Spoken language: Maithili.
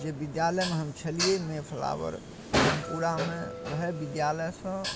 जे विद्यालयमे हम छलिए मे फ्लावर ब्रह्मपुरामे वएह विद्यालयसँ